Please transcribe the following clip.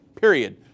period